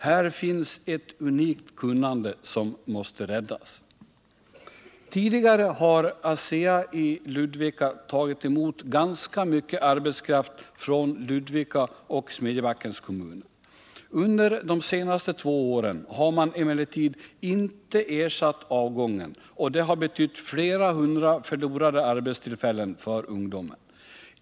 Här finns ett unikt kunnande som måste räddas. Tidigare har ASEA i Ludvika tagit emot ganska mycket arbetskraft från Ludvika och Smedjebackens kommuner. Under de senaste två åren har man emellertid inte ersatt avgången, och det har betytt flera hundra förlorade arbetstillfällen för ungdomen.